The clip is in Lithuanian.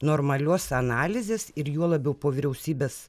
normalios analizės ir juo labiau po vyriausybės